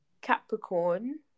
Capricorn